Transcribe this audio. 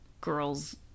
girls